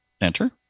Enter